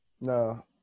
No